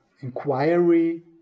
inquiry